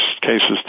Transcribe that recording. cases